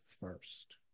first